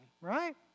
right